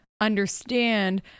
understand